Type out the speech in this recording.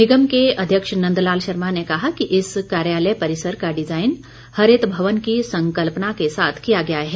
निगम के अध्यक्ष नन्द लाल शर्मा ने कहा कि इस कार्यालय परिसर का डिज़ाइन हरित भवन की संकल्पना के साथ किया गया है